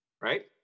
right